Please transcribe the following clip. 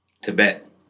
Tibet